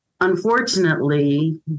unfortunately